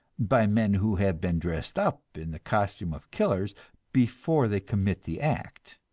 by men who have been dressed up in the costume of killers before they commit the act.